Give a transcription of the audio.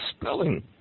spelling